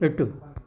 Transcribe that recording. పెట్టు